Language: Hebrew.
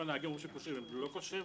אם הנהגים אומרים שהם קושרים הם לא קושרים,